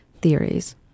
theories